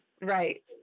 Right